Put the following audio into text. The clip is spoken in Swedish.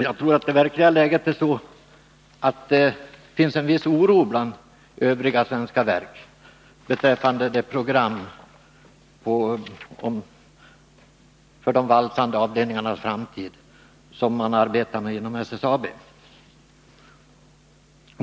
Jag tror att det verkliga läget är att det finns en viss oro bland övriga svenska verk beträffande det program för de valsande avdelningarnas framtid som man arbetar med inom SSAB.